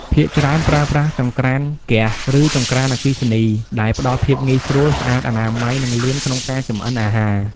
ភាគច្រើនប្រើប្រាស់ចង្រ្តានហ្គាស ឬចង្រ្តានអគ្គិសនី ដែលផ្ដល់ភាពងាយស្រួល ស្អាត អនាម័យ និងលឿនក្នុងការចម្អិនអាហារ។